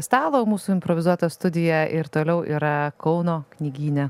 stalo jau mūsų improvizuota studija ir toliau yra kauno knygyne